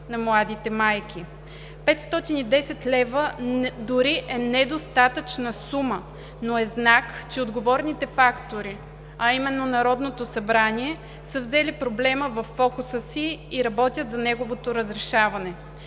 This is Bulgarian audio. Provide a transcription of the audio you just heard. на младите майки. Петстотин и десет лева дори е недостатъчна сума, но е знак, че отговорните фактори, а именно Народното събрание, са взели проблема във фокуса си и работят за неговото разрешаване.